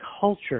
culture